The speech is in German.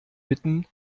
bitten